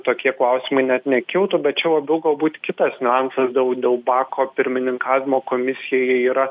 tokie klausimai net nekiltų bet čia labiau galbūt kitas niuansas dėl dėl bako pirmininkavimo komisijai yra